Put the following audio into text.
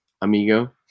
amigo